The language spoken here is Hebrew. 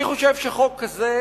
אני חושב שחוק כזה